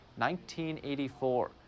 1984